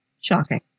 Shocking